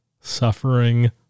Suffering